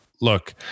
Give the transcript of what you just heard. look